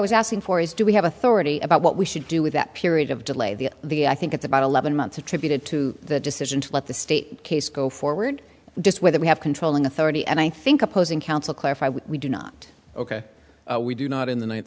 was asking for is do we have authority about what we should do with that period of delay the the i think it's about eleven months attributed to the decision to let the state case go forward just whether we have controlling authority and i think opposing counsel clarify what we do not ok we do not in the ninth